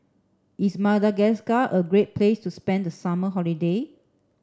is Madagascar a great place to spend the summer holiday